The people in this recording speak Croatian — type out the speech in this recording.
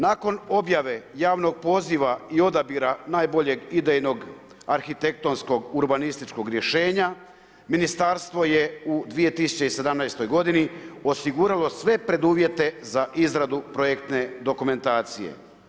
Nakon objave javnog poziva i odabira najboljeg idejnog arhitektonskog, urbanističkog rješenja ministarstvo je u 2017. godini osiguralo sve preduvjete za izradu projektne dokumentacije.